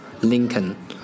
Lincoln